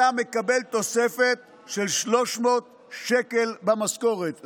אתה מקבל תוספת של 300 שקל במשכורת.